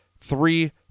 three